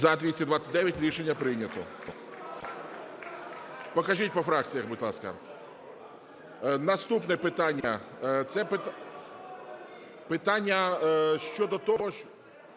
За-229 Рішення прийнято. Покажіть по фракціях, будь ласка. Наступне питання